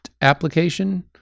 application